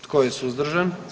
Tko je suzdržan?